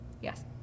Yes